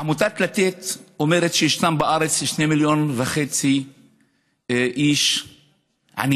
עמותת לתת אומרת שישנם בארץ 2.5 מיליון איש עניים.